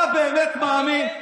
אתה באמת מאמין?